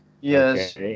Yes